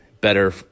better